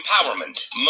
Empowerment